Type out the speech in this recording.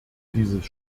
dieses